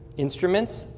instruments,